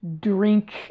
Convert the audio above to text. drink